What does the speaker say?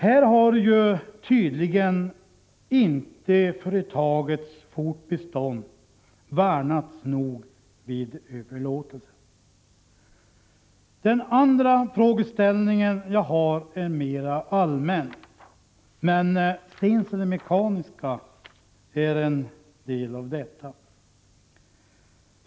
Här har tydligen inte företagets fortbestånd värnats Om Sysselsalguingen RR vid Stensele Mekaniska nog vid överlåtelsen. Verkstad Den andra frågeställningen jag har är mera allmän, men Stensele Mekaniska Verkstad är en del av detta.